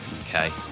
okay